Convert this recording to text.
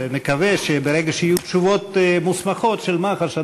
ונקווה שברגע שיהיו תשובות מוסמכות של מח"ש,